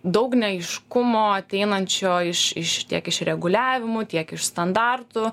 daug neaiškumo ateinančio iš iš tiek iš reguliavimų tiek iš standartų